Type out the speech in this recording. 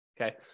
Okay